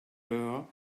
her